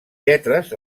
lletres